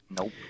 Nope